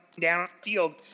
downfield